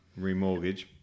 remortgage